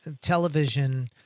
television